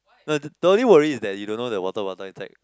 no the the only worry is that you don't know the water bottle inside